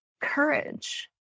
courage